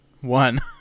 One